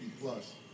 plus